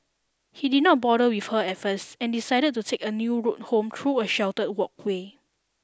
he did not bother with her at first and decided to take a new route home through a sheltered walkway